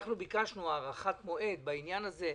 ביקשנו הארכת מועד בעניין הזה.